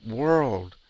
world